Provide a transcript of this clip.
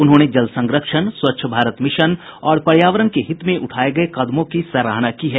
उन्होंने जल संरक्षण स्वच्छ भारत मिशन और पर्यावरण के हित में उठाये गये कदमों की सराहना की है